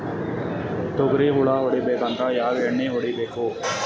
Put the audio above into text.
ತೊಗ್ರಿ ಹುಳ ಹೊಡಿಬೇಕಂದ್ರ ಯಾವ್ ಎಣ್ಣಿ ಹೊಡಿಬೇಕು?